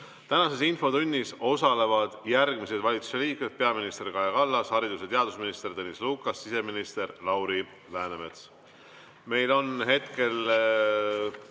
74.Tänases infotunnis osalevad järgmised valitsuse liikmed: peaminister Kaja Kallas, haridus- ja teadusminister Tõnis Lukas, siseminister Lauri Läänemets.